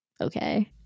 Okay